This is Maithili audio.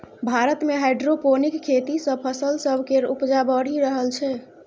भारत मे हाइड्रोपोनिक खेती सँ फसल सब केर उपजा बढ़ि रहल छै